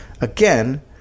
Again